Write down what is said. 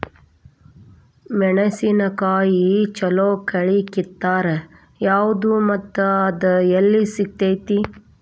ಮೆಣಸಿನಕಾಯಿಗ ಛಲೋ ಕಳಿ ಕಿತ್ತಾಕ್ ಯಾವ್ದು ಮತ್ತ ಅದ ಎಲ್ಲಿ ಸಿಗ್ತೆತಿ?